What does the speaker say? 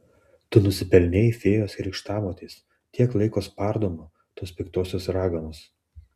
tu nusipelnei fėjos krikštamotės tiek laiko spardoma tos piktosios raganos